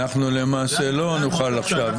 אנחנו למעשה לא נוכל עכשיו --- זה